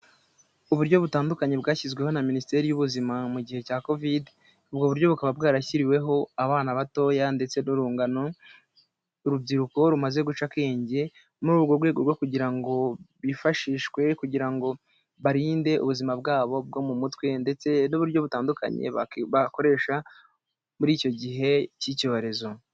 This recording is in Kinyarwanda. Uburyo butandukanye bwashyizweho na minisiteri y'ubuzima mu gihe cya covide, ubwo buryo bukaba bwarashyiriweho abana batoya ndetse n'urungano, urubyiruko rumaze guca akenge muri urwo rwego rwo kugira ngo bwifashishwe kugira ngo barinde ubuzima bwabo bwo mu mutwe ndetse n'uburyo butandukanye bakoresha muri icyo gihe cy'icyorezo.